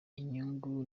inyungu